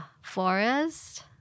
forest